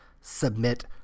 submit